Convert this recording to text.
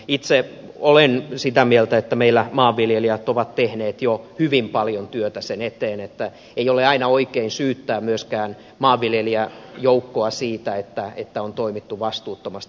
itse olen sitä mieltä että meillä maanviljelijät ovat tehneet jo hyvin paljon työtä sen eteen niin että ei ole aina oikein syyttää myöskään maanviljelijäjoukkoa siitä että on toimittu vastuuttomasti